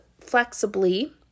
flexibly